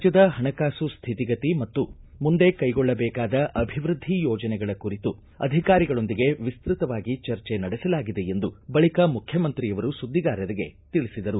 ರಾಜ್ಯದ ಹಣಕಾಸು ಸ್ಥಿತಿ ಗತಿ ಮತ್ತು ಮುಂದೆ ಕೈಗೊಳ್ಳಬೇಕಾದ ಅಭಿವೃದ್ಧಿ ಯೋಜನೆಗಳ ಕುರಿತು ಅಧಿಕಾರಿಗಳೊಂದಿಗೆ ವಿಸ್ತತವಾಗಿ ಚರ್ಚೆ ನಡೆಸಲಾಗಿದೆ ಎಂದು ಬಳಕ ಮುಖ್ಯಮಂತ್ರಿಯವರು ಸುದ್ದಿಗಾರರಿಗೆ ತಿಳಿಸಿದರು